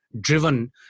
driven